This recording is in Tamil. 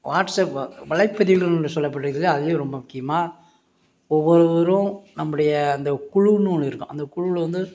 வாட்ஸ்அப் வ வலைப்பதிவுகள் என்று சொல்லப்படுகிறது அதிலயும் ரொம்ப முக்கியமாக ஒவ்வொருவரும் நம்முடைய அந்த குழுன்னு ஒன்று இருக்கும் அந்த குழுவில வந்து